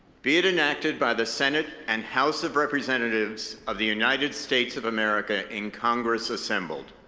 be it enacted by the senate and house of representatives of the united states of america in congress assembled,